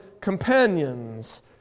companions